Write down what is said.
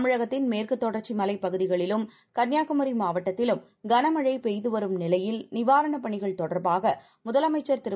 தமிழகத்தின்மேற்குத்தொடர்ச்சிமலைப்பகுதிகளிலும்கன்னியாகுமரிமாவட்ட த்திலும்கனமழைபெய்துவரும்நிலையில் நிவாரணப்பணிகள்தொடர்பாகமுதலமைச்சர்திரு